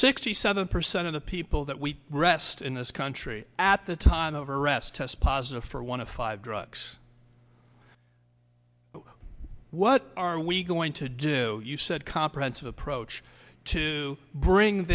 sixty seven percent of the people that we rest in this country at the time of arrest test positive for one of five drugs what are we going to do you said comprehensive approach to bring